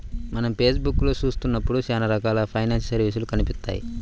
మనం ఫేస్ బుక్కులో చూత్తన్నప్పుడు చానా రకాల ఫైనాన్స్ సర్వీసులు కనిపిత్తాయి